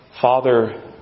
Father